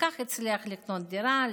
וכך הצליח לקנות דירה,